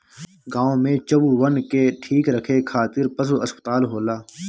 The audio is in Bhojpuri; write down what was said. गाँव में चउवन के ठीक रखे खातिर पशु अस्पताल होला